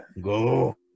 Go